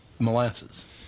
molasses